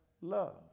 love